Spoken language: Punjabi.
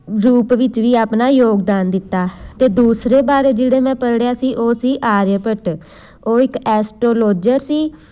ਰੂਪ ਵਿੱਚ ਵੀ ਆਪਣਾ ਯੋਗਦਾਨ ਦਿੱਤਾ ਅਤੇ ਦੂਸਰੇ ਬਾਰੇ ਜਿਹੜੇ ਮੈਂ ਪੜ੍ਹਿਆ ਸੀ ਉਹ ਸੀ ਆਰਿਆ ਭੱਟ ਉਹ ਇੱਕ ਐਸਟਰੋਲੋਜਰ ਸੀ